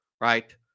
right